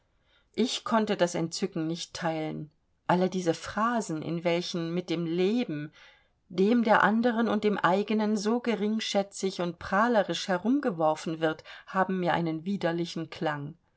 ich konnte das entzücken nicht teilen alle diese phrasen in welchen mit dem leben dem der anderen und dem eigenen so geringschätzig und prahlerisch herumgeworfen wird haben mir einen widerlichen klang